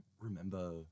remember